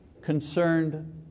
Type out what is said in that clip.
concerned